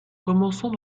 commençons